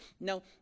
now